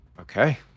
okay